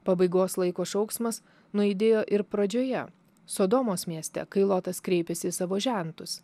pabaigos laiko šauksmas nuaidėjo ir pradžioje sodomos mieste kai lotas kreipėsi į savo žentus